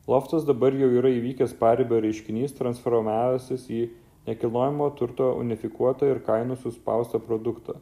loftas dabar jau yra įvykęs paribio reiškinys transformavęsis į nekilnojamo turto unifikuotą ir kainų suspaustą produktą